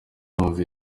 wumva